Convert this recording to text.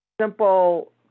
simple